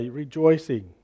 rejoicing